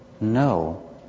No